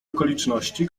okoliczności